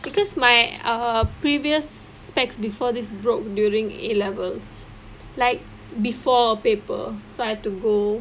because my err previous spectacles before this broke during A levels like before a paper so I had to go